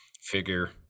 figure